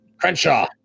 Crenshaw